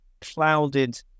clouded